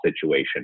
situation